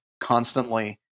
constantly